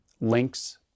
links